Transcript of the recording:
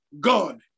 God